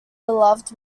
beloved